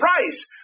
price